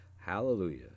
Hallelujah